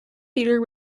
theatre